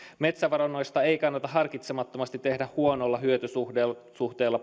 metsävarannoista ei kannata harkitsemattomasti tehdä huonolla hyötysuhteella